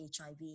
HIV